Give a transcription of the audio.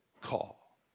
call